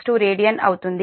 562 radian అవుతుంది